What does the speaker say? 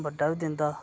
बड्डा बी दिंदा